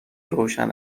روشن